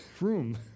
room